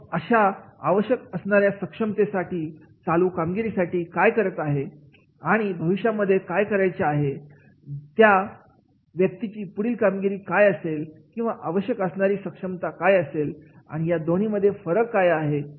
मग अशा आवश्यक असणाऱ्या सक्षमतेसाठी चालू कामगिरी काय करत आहे आणि भविष्यामध्ये काय करायचे आहे त्या व्यक्तीची पुढील कामगिरी काय असेल किंवा आवश्यक असणारे सक्षमता काय असेल आणि या मध्ये काही फरक आहे का